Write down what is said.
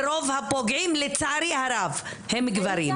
ורוב הפוגעים לצערי הרב הם גברים.